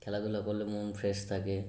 খেলাধূলা করলে মন ফ্রেশ থাকে